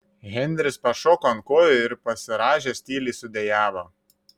henris pašoko ant kojų ir pasirąžęs tyliai sudejavo